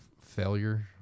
failure